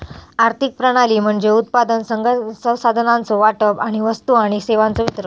आर्थिक प्रणाली म्हणजे उत्पादन, संसाधनांचो वाटप आणि वस्तू आणि सेवांचो वितरण